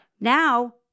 Now